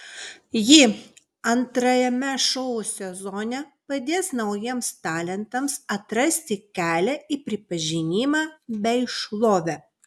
ji antrajame šou sezone padės naujiems talentams atrasti kelią į pripažinimą bei šlovę